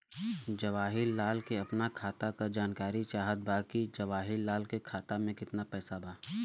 जवाहिर लाल के अपना खाता का जानकारी चाहत बा की जवाहिर लाल के खाता में कितना पैसा बा?